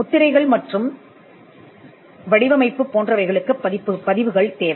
முத்திரைகள் மற்றும் வடிவமைப்பு போன்றவைகளுக்குப் பதிவுகள் தேவை